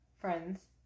friends